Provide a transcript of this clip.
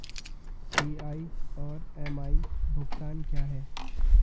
PI और MI भुगतान क्या हैं?